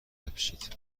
بپیچید